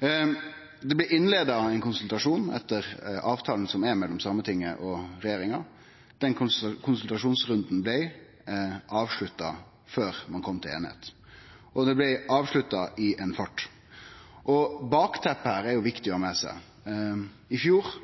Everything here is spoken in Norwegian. Det blei innleia ein konsultasjon etter avtala som er mellom Sametinget og regjeringa. Den konsultasjonsrunden blei avslutta før ein kom til einigheit, og han blei avslutta i ein fart. Bakteppet her er det viktig å ha med seg. I fjor